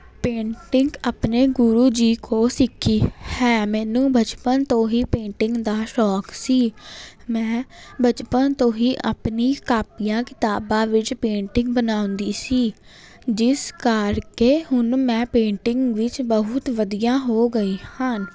painting ਆਪਣੇ ਗੁਰੂ ਜੀ ਕੋ ਸਿੱਖੀ ਹੈ ਮੈਨੂੰ ਬਚਪਨ ਤੋਂ ਹੀ ਪੇਂਟਿੰਗ ਦਾ ਸ਼ੌਕ ਸੀ ਮੈਂ ਬਚਪਨ ਤੋਂ ਹੀ ਆਪਣੀ ਕਾਪੀਆਂ ਕਿਤਾਬਾਂ ਵਿੱਚ ਪੇਂਟਿੰਗ ਬਣਾਉਦੀ ਸੀ ਜਿਸ ਕਰਕੇ ਹੁਣ ਮੈਂ ਪੇਂਟਿੰਗ ਵਿੱਚ ਬਹੁਤ ਵਧੀਆ ਹੋ ਗਈ ਹਾਂ